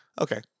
Okay